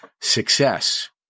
success